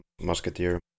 musketeer